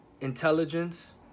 intelligence